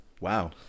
Wow